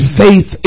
faith